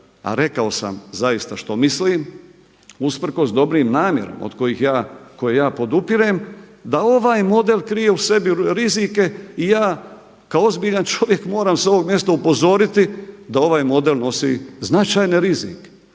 a rekao sam zaista što mislim usprkos dobrim namjerama koje ja podupirem, da ovaj model krije u sebi rizike i ja kao ozbiljan čovjek moram s ovog mjesta upozoriti da ovaj model nosi značajne rizike.